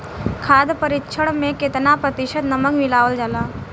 खाद्य परिक्षण में केतना प्रतिशत नमक मिलावल जाला?